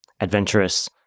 adventurous